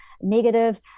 negative